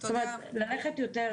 זאת אומרת כן למקד,